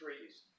trees